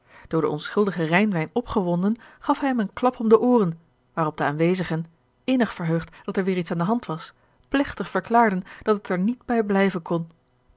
door den onschuldigen rijnwijn opgewonden gaf hij hem een klap om de ooren waarop de aanwezigen innig verheugd dat er weêr iets aan de hand was plegtig verklaarden dat het er niet bij blijven kon